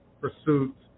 pursuits